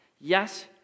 yes